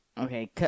Okay